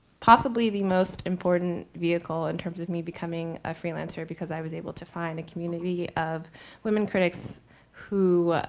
possibly the most important vehicle in terms of me becoming a freelancer, because i was able to find a community of women critics who